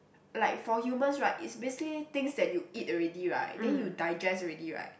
like for humans right it's basically things that you eat already right then you digest already right